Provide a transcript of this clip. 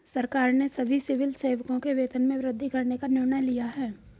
सरकार ने सभी सिविल सेवकों के वेतन में वृद्धि करने का निर्णय लिया है